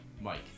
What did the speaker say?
Mike